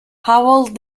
howell